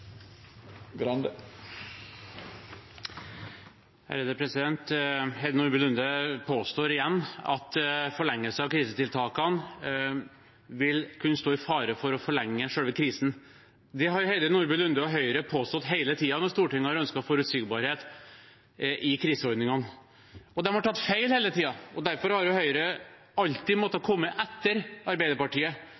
påstår igjen at vi med en forlengelse av krisetiltakene vil kunne stå i fare for å forlenge selve krisen. Det har Heidi Nordby Lunde og Høyre påstått hele tiden når Stortinget har ønsket forutsigbarhet i kriseordningene – og de har tatt feil hele tiden. Derfor har jo Høyre alltid